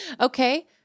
Okay